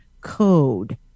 code